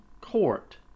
Court